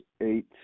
eight